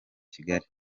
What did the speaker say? kigali